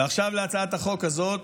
ועכשיו להצעת החוק הזאת,